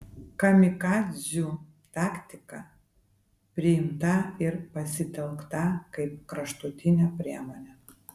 kamikadzių taktika priimta ir pasitelkta kaip kraštutinė priemonė